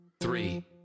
three